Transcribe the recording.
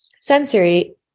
sensory